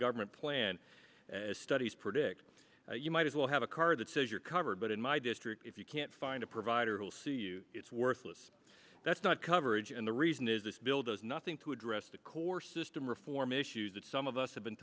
government plan as studies predict you might as well have a card that says you're covered but in my district if you can't find a provider will see you it's worthless that's not coverage and the reason is this bill does nothing to address the core system reform issues that some of us have been